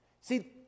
See